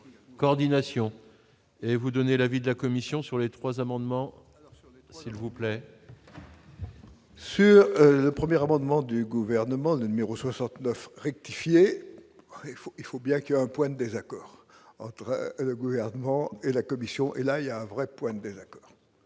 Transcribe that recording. coordination et vous donner l'avis de la commission sur les 3 amendements, s'il vous plaît. Sur le premier amendement du gouvernement, le numéro 69 rectifier, il faut bien que 1 point désaccord entre le gouvernement et la Commission, et là il y a un vrai point de Bellac